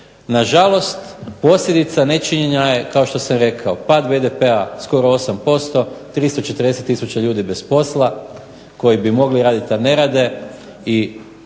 Na žalost posljedica nečinjena je kao što sam rekao pad BDP-a skoro 8%, 340000 bez posla koji bi mogli raditi, a ne rade i